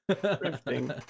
drifting